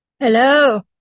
Hello